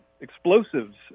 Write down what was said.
explosives